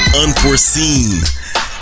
unforeseen